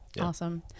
Awesome